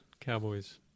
Cowboys